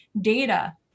data